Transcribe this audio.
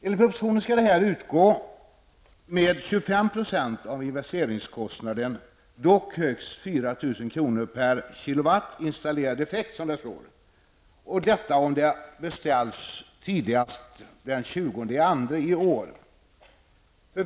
Enligt propositionen skall det här utgå med 25 % av investeringskostnaden, dock högst 4 000 kr. per kW installerad effekt. Detta gäller om det beställts tidigast den 20 februari i år.